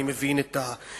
אני מבין את ההתחשבות,